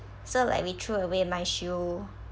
so like we throw away my shoe